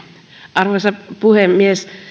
arvoisa puhemies